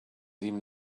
even